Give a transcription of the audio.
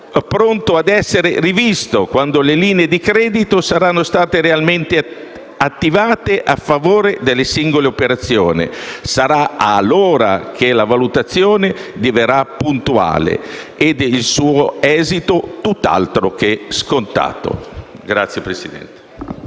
pronto a essere rivisto quando le linee di credito saranno state realmente attivate a favore delle singole operazioni. Sarà allora che la valutazione diverrà puntuale e il suo esito tutt'altro che scontato.